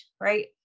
right